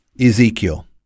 Ezekiel